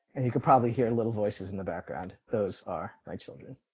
and you could probably hear a little voices in the background. those are my children.